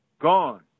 Gone